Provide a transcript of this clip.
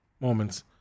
moments